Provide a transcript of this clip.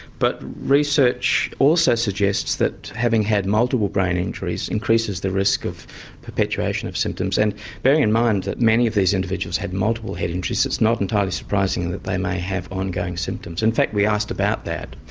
but research also suggests that having had multiple brain injuries increases the risk of perpetuation of symptoms. and bearing in mind that many of these individuals had multiple head injuries, it's not entirely surprising that they may have ongoing symptoms. in fact we asked about that,